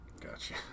Gotcha